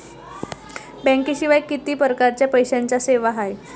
बँकेशिवाय किती परकारच्या पैशांच्या सेवा हाय?